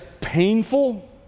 painful